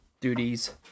duties